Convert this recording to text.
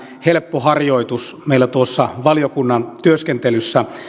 helppo harjoitus meillä valiokunnan työskentelyssä